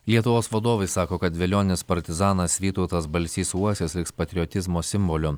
lietuvos vadovai sako kad velionis partizanas vytautas balsys uosis liks patriotizmo simboliu